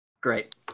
Great